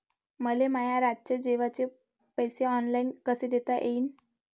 मले माया रातचे जेवाचे पैसे ऑनलाईन कसे देता येईन?